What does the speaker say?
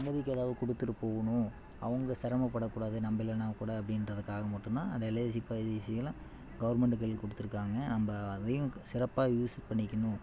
சந்ததிக்கு ஏதாது கொடுத்துட்டு போகணும் அவங்க சிரம படக்கூடாது நம்ம இல்லைன்னாக்கூட அப்படின்றதுக்காக மட்டுந்தான் அந்த எல்ஐசி பாலிசிகள்லாம் கவர்மெண்ட்டுகள் கொடுத்துருக்காங்க நம்ம அதையும் சிறப்பாக யூஸ் பண்ணிக்கணும்